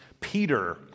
Peter